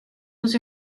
was